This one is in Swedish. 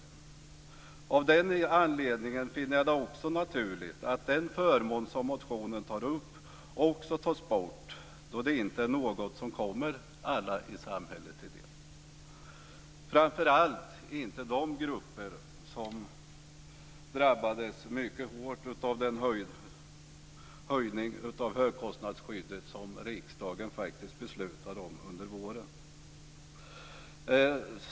Jag finner att det skulle vara naturligt om den förmån som tas upp i motionen avskaffades, eftersom den inte kommer alla i samhället till del. Det gäller framför allt de grupper som drabbades mycket hårt av den höjning av högkostnadsskyddet som riksdagen beslutade om under våren.